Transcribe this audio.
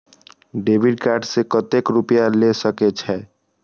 Debit card से कतेक रूपया ले सके छै?